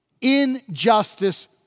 injustice